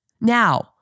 Now